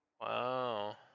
Wow